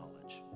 knowledge